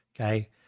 Okay